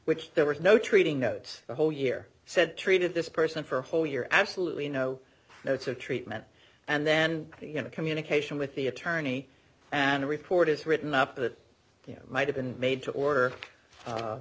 which there was no treating notes the whole year said treated this person for a whole year absolutely no notes or treatment and then you know communication with the attorney and report is written up that you might have been made to order